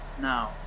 Now